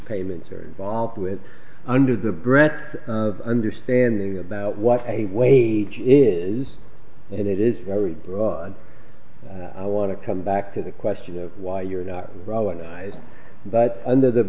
payments are involved with under the breath of understanding about what a wage is and it is very broad i want to come back to the question of why you're not rolling eyes but under the